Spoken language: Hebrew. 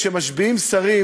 כשמשביעים שרים,